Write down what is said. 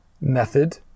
method